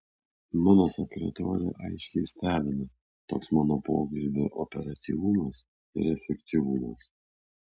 mano sekretorę aiškiai stebina toks mano pokalbio operatyvumas ir efektyvumas